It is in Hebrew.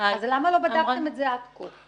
תנאי --- אבל למה לא בדקתם את זה עד כה?